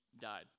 died